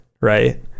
right